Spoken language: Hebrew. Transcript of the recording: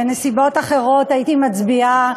בנסיבות אחרות הייתי מצביעה